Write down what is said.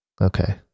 okay